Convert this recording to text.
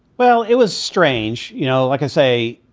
well, it was strange. you know, like i say,